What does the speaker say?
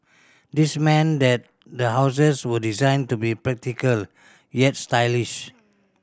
this meant that the houses were designed to be practical yet stylish